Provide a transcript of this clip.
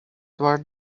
dwar